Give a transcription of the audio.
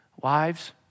Wives